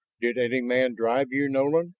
did any man drive you, nolan,